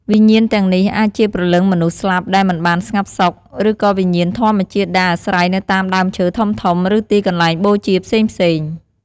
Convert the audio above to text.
វិញ្ញាណទាំងនេះអាចជាព្រលឹងមនុស្សស្លាប់ដែលមិនបានស្ងប់សុខ ឬក៏វិញ្ញាណធម្មជាតិដែលអាស្រ័យនៅតាមដើមឈើធំៗ ឬទីកន្លែងបូជាផ្សេងៗ។